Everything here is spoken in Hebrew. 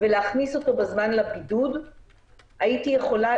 ולהכניס אותו בזמן לבידוד הייתי יכולה